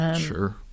Sure